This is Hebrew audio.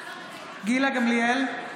גילה גמליאל,